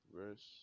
verse